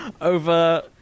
Over